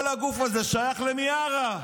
כל הגוף הזה שייך למיארה.